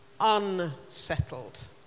Unsettled